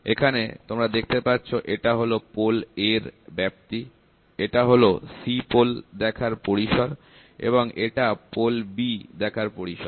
এখানে তোমরা দেখতে পাচ্ছ এটা হল পোল A র ব্যাপ্তি এটা হল C পোল দেখার পরিসর আর এটা পোল B দেখার পরিসর